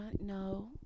No